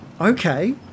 okay